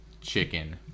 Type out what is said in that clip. Chicken